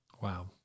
Wow